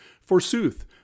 Forsooth